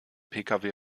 pkw